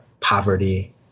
poverty